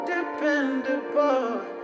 Dependable